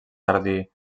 jardí